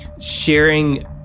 sharing